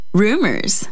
rumors